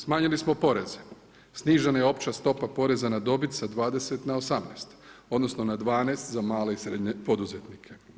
Smanjili smo poreze, snižena je opća stopa poreza na dobit sa 20 na 18, odnosno na 12 za male i srednje poduzetnike.